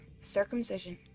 Circumcision